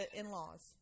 in-laws